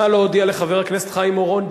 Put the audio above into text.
נא להודיע לחבר הכנסת חיים אורון,